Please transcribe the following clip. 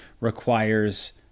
requires